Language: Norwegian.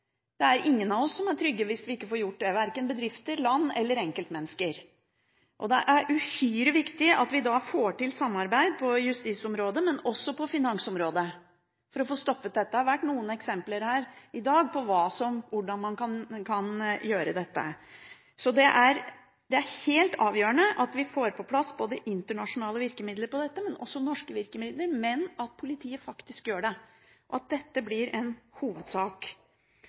Det er ingen av oss som er trygge hvis vi ikke får gjort det, verken bedrifter, land eller enkeltmennesker, og det er uhyre viktig at vi får til samarbeid på justisområdet, men også på finansområdet, for å få stoppet dette. Det har vært gitt noen eksempler her i dag på hvordan man kan gjøre dette. Så det er helt avgjørende at vi får på plass internasjonale virkemidler på dette, men også norske virkemidler, og at politiet faktisk gjør det, at dette blir en hovedsak.